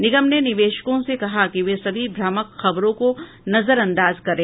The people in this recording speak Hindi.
निगम ने निवेशको से कहा कि वे सभी भ्रामक खबरों को नजरअंदाज करें